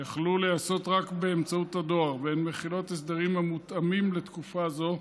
יכלו להיעשות רק באמצעות הדואר והן מחילות הסדרים המתאימים לתקופה זו.